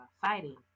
fighting